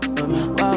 Wow